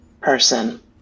person